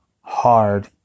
hard